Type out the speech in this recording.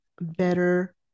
better